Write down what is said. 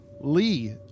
Lee